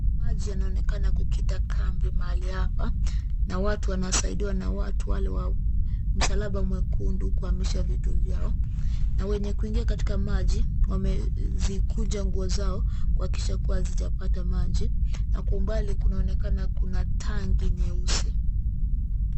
Maji yanaonekana kukita kambi mahali hapa na watu wanasaidiwa na watu wale wa msalaba mwekundu kuhamisha vitu vyao, na wenye kuingia katika maji wamezikunja nguo zao kuhakikisha kuwa hazijapata maji na kwa umbali kunaonekana kuna tangi nyeusi.